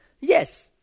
Yes